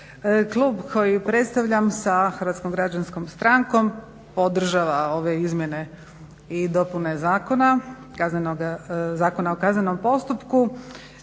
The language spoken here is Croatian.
Klub koji predstavljam sa Hrvatskom građanskom strankom podržava ove izmjene i dopune Zakona o kaznenom postupku.